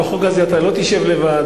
בחוק הזה אתה לא תשב לבד.